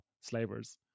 slavers